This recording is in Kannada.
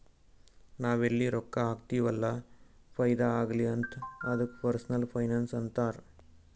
ನಾವ್ ಎಲ್ಲಿ ರೊಕ್ಕಾ ಹಾಕ್ತಿವ್ ಅಲ್ಲ ಫೈದಾ ಆಗ್ಲಿ ಅಂತ್ ಅದ್ದುಕ ಪರ್ಸನಲ್ ಫೈನಾನ್ಸ್ ಅಂತಾರ್